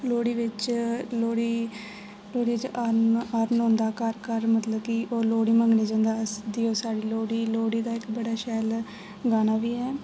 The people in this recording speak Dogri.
लोहड़ी बिच लोहड़ी लोहड़ी बिच हरण हरण औंदा घर घर मतलब की ओह् लोहड़ी मंग्गने गी जंदा देओ साढ़ी लोहड़ी लोहड़ी दा इक बड़ा शैल गाना बी ऐ